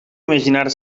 imaginar